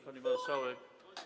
Pani Marszałek!